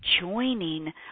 joining